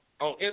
on